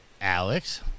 Alex